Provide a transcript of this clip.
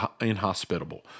inhospitable